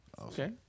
Okay